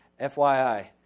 FYI